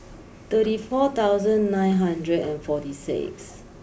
thirty four thousand nine hundred and forty six